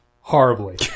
horribly